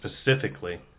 specifically